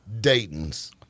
Dayton's